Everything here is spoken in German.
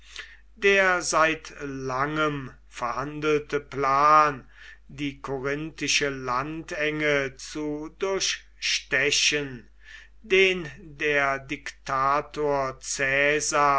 der seit langem verhandelte plan die korinthische landenge zu durchstechen den der diktator